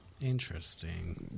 Interesting